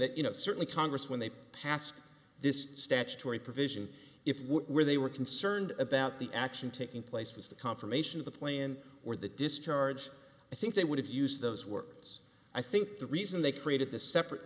that you know certainly congress when they passed this statutory provision if where they were concerned about the action taking place was the confirmation of the plan or the discharge i think they would have used those words i think the reason they created the separate